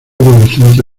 adolescente